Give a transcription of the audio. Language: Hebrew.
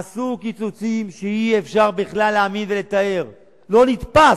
עשו קיצוצים שאי-אפשר בכלל להאמין ולתאר, לא נתפס.